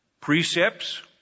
precepts